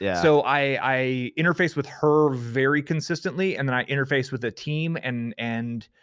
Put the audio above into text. yeah so i interface with her very consistently and then i interface with the team and and